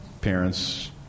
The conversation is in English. Parents